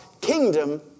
kingdom